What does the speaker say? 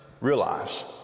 realize